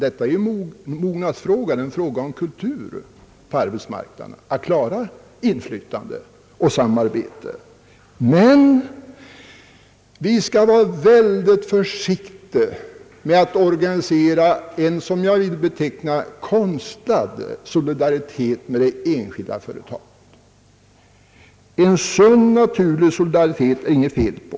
Att kunna utöva inflytande och bedriva samarbete är ju en fråga om mognad, om kultur på arbetsmarknaden. Men vi skall vara mycket försiktiga med att organisera något som jag vill kalla konstlad solidaritet med det enskilda företaget. En sund naturlig solidaritet är det inget fel på.